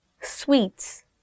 sweets